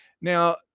Now